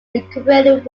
incorporated